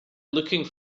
looking